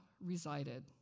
resided